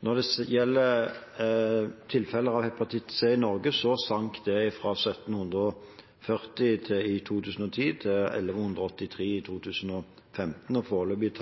Norge, sank det fra 1 740 i 2010 til 1 183 i 2015, og foreløpig